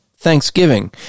Thanksgiving